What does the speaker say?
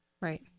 Right